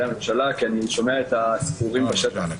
הממשלה כי אני שומע את הסיפורים בשטח.